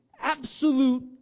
absolute